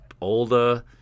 older